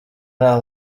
nta